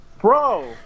Bro